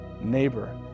neighbor